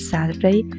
Saturday